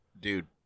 dude